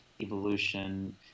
evolution